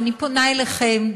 ואני פונה אליכם,